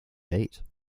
date